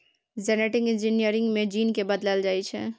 genetic engineering मे gene केँ बदलल जाइ छै